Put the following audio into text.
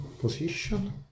position